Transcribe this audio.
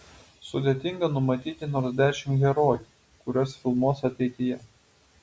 sudėtinga numatyti nors dešimt herojų kuriuos filmuos ateityje